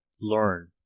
learn